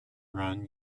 run